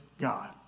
God